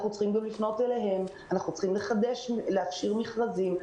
אנחנו צריכים להפשיר מכרזים.